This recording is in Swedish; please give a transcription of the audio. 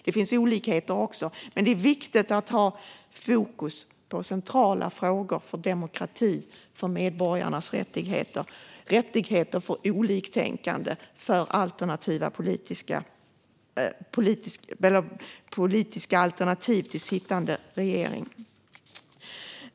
Det finns olikheter också, men det är viktigt att ha fokus på centrala frågor om demokrati, medborgarnas rättigheter och rättigheter för oliktänkande och politiska alternativ till sittande regeringar.